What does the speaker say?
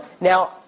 Now